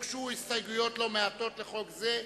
הוגשו הסתייגויות לא מעטות לחוק זה,